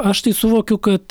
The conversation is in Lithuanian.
aš tai suvokiu kad